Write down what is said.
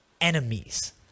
enemies